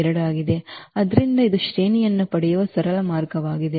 ಆದ್ದರಿಂದ ಇದು ಶ್ರೇಣಿಯನ್ನು ಪಡೆಯುವ ಸರಳ ಮಾರ್ಗವಾಗಿದೆ